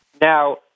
Now